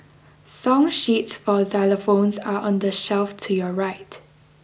song sheets for xylophones are on the shelf to your right